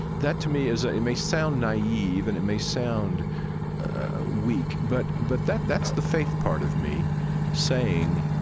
that, to me is, ah it may sound naive and it may sound weak, but, but that, that's the faith part of me saying,